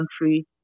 country